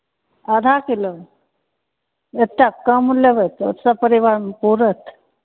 आधा किलो एतेक कम लेबै तऽ सब परिवारमे पूरत